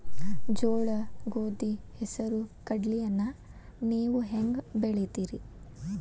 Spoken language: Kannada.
ಜೋಳ, ಗೋಧಿ, ಹೆಸರು, ಕಡ್ಲಿಯನ್ನ ನೇವು ಹೆಂಗ್ ಬೆಳಿತಿರಿ?